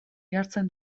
jartzen